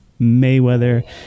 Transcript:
Mayweather